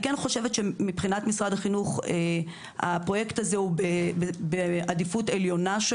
מבחינת משרד החינוך הפרויקט הזה הוא בעדיפות עליונה.